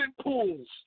Pools